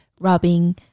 rubbing